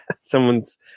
someone's